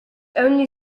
only